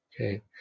Okay